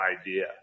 idea